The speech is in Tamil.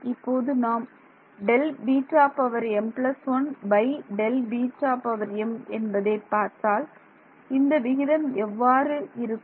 இப்போது நாம் Δβm1Δβm என்பதை பார்த்தால் இந்த விகிதம் எவ்வாறு இருக்கும்